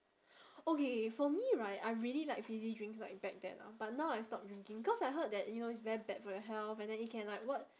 okay for me right I really like fizzy drinks like back then ah but now I stopped drinking cause I heard that you know it's very bad for your health and then it can like what